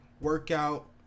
workout